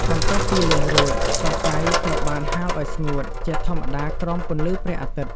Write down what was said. បន្ទាប់ពីលាងរួច សរសៃត្រូវបាន ហាលឱ្យស្ងួត ជាធម្មតាក្រោមពន្លឺព្រះអាទិត្យ។